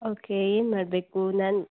okay ಏನು ಮಾಡ್ಬೇಕು ನಾನು